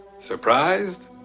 Surprised